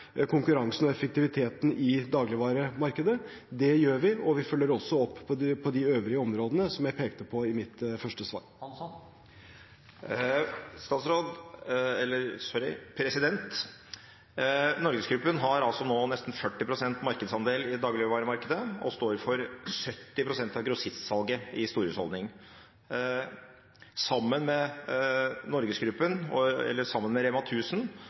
konkurransen og effektiviteten i dagligvaremarkedet. Det gjør vi, og vi følger også opp på de øvrige områdene som jeg pekte på i mitt første svar. NorgesGruppen har nå nesten 40 pst. markedsandel i dagligvaremarkedet og står for 70 pst. av grossistsalget til storhusholdningene. Sammen med Rema 1000 står de for omtrent 85 pst. av salget til kiosker og